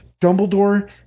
dumbledore